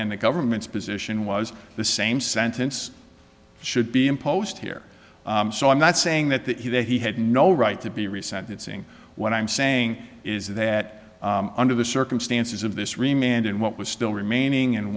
and the government's position was the same sentence should be imposed here so i'm not saying that that he that he had no right to be resentencing what i'm saying is that under the circumstances of this remained and what was still remaining and